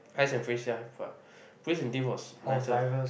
ice and freeze yeah but police and thief was nicer